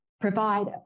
provide